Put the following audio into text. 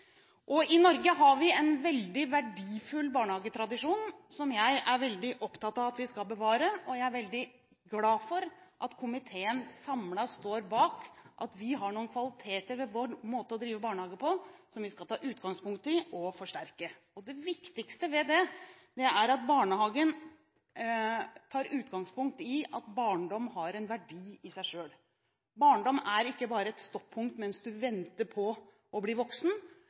være. I Norge har vi en veldig verdifull barnehagetradisjon som jeg er veldig opptatt av at vi skal bevare, og jeg er veldig glad for at komiteen samlet står bak det at vi har noen kvaliteter ved vår måte å drive barnehage på som vi skal ta utgangspunkt i, og forsterke. Det viktigste ved det er at barnehagen tar utgangspunkt i at barndom har en verdi i seg selv. Barndom er ikke bare et stoppunkt mens du venter på å bli voksen.